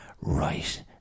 right